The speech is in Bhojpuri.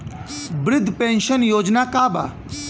वृद्ध पेंशन योजना का बा?